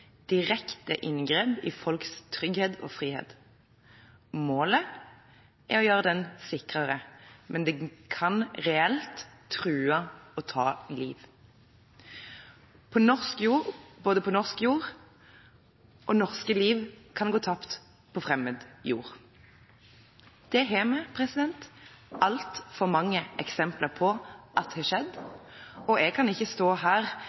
direkte inngrep i folks trygghet og frihet. Målet er å gjøre den sikrere, men det kan reelt true og ta liv på norsk jord, eller norske liv kan gå tapt på fremmed jord. Det har vi altfor mange eksempler på at har skjedd. Jeg kan ikke stå her